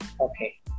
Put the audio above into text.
Okay